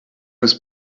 his